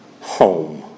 home